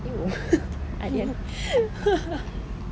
!eww! aryan